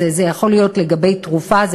זה יכול להיות לגבי תרופה,